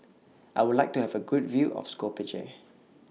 I Would like to Have A Good View of Skopje